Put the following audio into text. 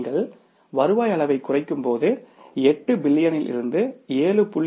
நீங்கள் வருவாய் அளவைக் குறைக்கும்போது 8 பில்லியனிலிருந்து 7